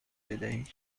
بدهید